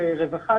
לרווחה,